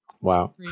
Wow